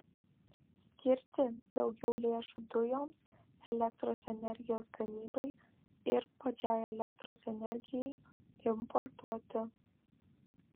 skirti daugiau lėšų dujoms elektros energijos gamybai ir pačiai elektros energijai importuoti